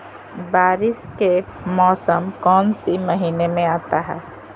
बारिस के मौसम कौन सी महीने में आता है?